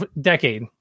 decade